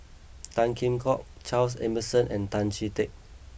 Tan Kheam Hock Charles Emmerson and Tan Chee Teck